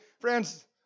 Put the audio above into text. friends